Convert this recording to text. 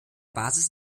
basis